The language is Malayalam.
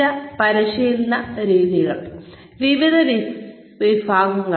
ചില പരിശീലന രീതികൾ വിവിധ വിഭാഗങ്ങൾ